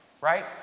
right